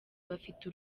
bafite